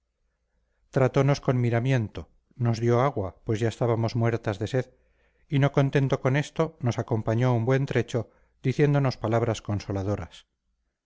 gratitud tratonos con miramiento nos dio agua pues ya estábamos muertas de sed y no contento con esto nos acompañó un buen trecho diciéndonos palabras consoladoras